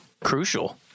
Crucial